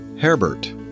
Herbert